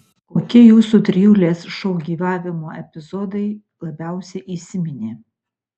kokie jūsų trijulės šou gyvavimo epizodai labiausiai įsiminė